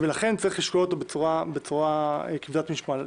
ולכן צריך לשקול אותו בצורה כבדת משקל.